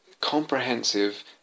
comprehensive